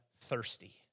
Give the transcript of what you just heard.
thirsty